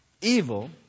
evil